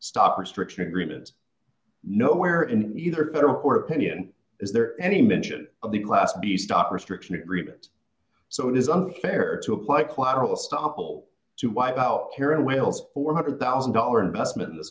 stop restriction agreement nowhere in either federal court opinion is there any mention of the class b stop restriction agreements so it is unfair to apply collateral stoppel to wipe out here in wales four hundred thousand dollars investment in this